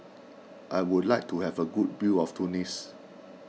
I would like to have a good view of Tunis